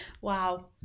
Wow